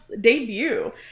debut